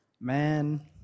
man